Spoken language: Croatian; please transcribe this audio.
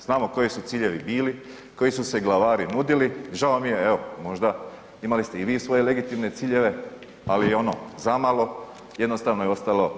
Znamo koji su ciljevi bili, koji su se glavari nudili, žao mi je evo možda imali ste i vi svoje legitimne ciljeve, ali i ono zamalo jednostavno je ostalo zamalo.